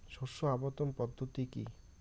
শস্য আবর্তন পদ্ধতি কি?